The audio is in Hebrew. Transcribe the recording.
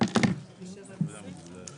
זה משהו אחר.